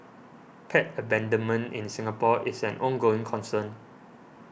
pet abandonment in the Singapore is an ongoing concern